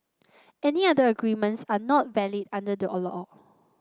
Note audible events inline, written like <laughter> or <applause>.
any other agreements are not valid under the <unintelligible>